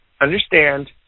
understand